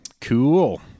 Cool